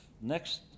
next